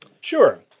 Sure